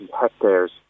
hectares